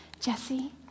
Jesse